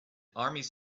armies